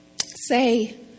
say